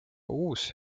uus